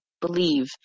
believe